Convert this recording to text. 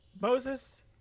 Moses